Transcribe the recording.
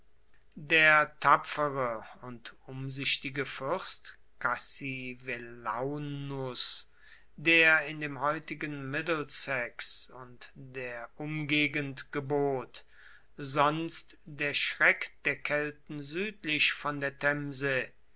der tapfere und umsichtige fürst cassivellaunus der in dem heutigen middlesex und der umgegend gebot sonst der schreck der kelten südlich von der themse